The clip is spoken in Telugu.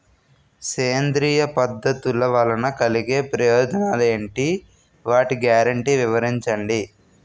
సేంద్రీయ పద్ధతుల వలన కలిగే ప్రయోజనాలు ఎంటి? వాటి గ్యారంటీ వివరించండి?